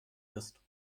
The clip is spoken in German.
ist